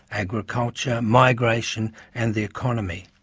agriculture, migration and the economy.